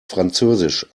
französisch